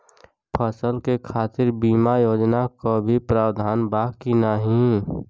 फसल के खातीर बिमा योजना क भी प्रवाधान बा की नाही?